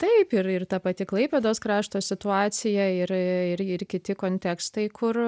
taip ir ir ta pati klaipėdos krašto situacija ir ir ir kiti kontekstai kur